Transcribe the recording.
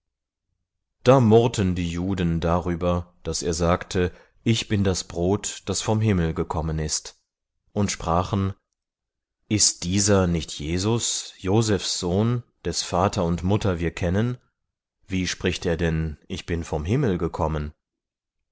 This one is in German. da murrten die juden darüber daß er sagte ich bin das brot daß vom himmel gekommen ist und sprachen ist dieser nicht jesus josephs sohn des vater und mutter wir kennen wie spricht er denn ich bin vom himmel gekommen